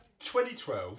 2012